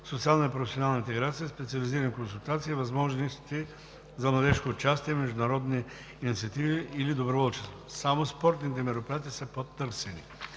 социална и професионална интеграция, специализирани консултации, възможности за младежко участие, международни инициативи или доброволчество. Само спортните мероприятия са по-търсени.